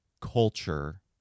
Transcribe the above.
culture